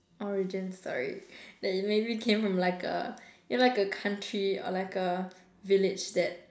origin story uh maybe came from like a you know like a country or like a village that